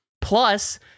Plus